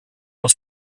was